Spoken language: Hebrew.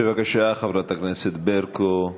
בבקשה, חברת הכנסת ברקו.